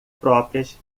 próprias